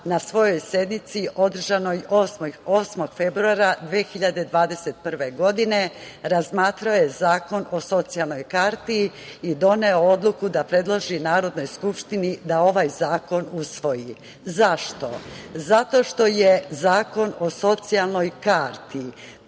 na svojoj sednici, održanoj 8. februara 2021. godine, razmatrao je Zakon o socijalnoj karti i doneo odluku da predloži Narodnoj skupštini da ovaj zakon usvoji. Zašto? Zato što je Zakon o socijalnoj karti